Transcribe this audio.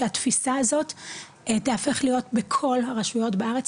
שהתפיסה הזאת תיהפך להיות בכל הרשויות בארץ,